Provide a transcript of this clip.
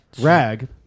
Rag